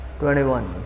21